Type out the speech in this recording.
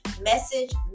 message